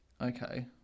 okay